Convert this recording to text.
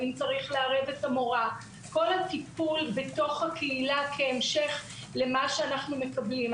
את המורה - כל הטיפול בתוך הקהילה כהמשך למה שאנחנו מקבלים.